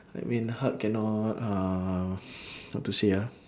that mean hulk cannot uh how to say ah